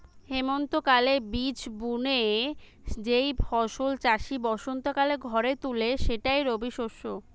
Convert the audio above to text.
হেমন্তকালে বীজ বুনে যেই ফসল চাষি বসন্তকালে ঘরে তুলে সেটাই রবিশস্য